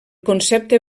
concepte